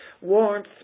warmth